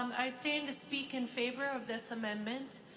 um i stand to speak in favor of this amendment.